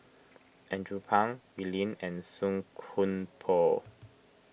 Andrew Phang Wee Lin and Song Koon Poh